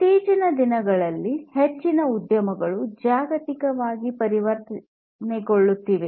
ಇತ್ತೀಚಿನ ದಿನಗಳಲ್ಲಿ ಹೆಚ್ಚಿನ ಉದ್ಯಮಗಳು ಜಾಗತಿಕವಾಗಿ ಪರಿವರ್ತನೆಗೊಳ್ಳುತ್ತಿದೆ